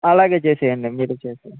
అలాగే చేసేయండి మీరే చేసేయండి